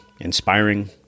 inspiring